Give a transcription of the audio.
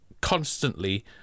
constantly